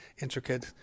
intricate